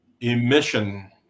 emission